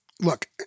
look